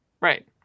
right